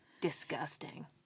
disgusting